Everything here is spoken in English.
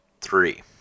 three